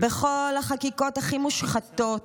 בכל החקיקות הכי מושחתות?